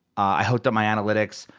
i hooked up my analytics,